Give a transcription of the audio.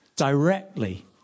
directly